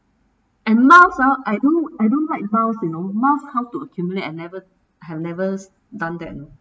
and miles ah I don't I don't like miles you know miles how to accumulate I never I have never done that